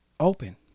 open